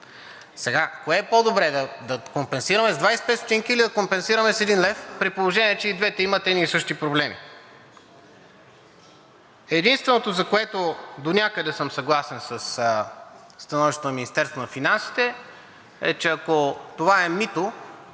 Сега кое е по-добре – да компенсираме с 25 ст. или да компенсираме с 1 лв., при положение че и двете имат едни и същи проблеми?! Единственото, за което донякъде съм съгласен със становището на Министерството на финансите, е, че ако това е мито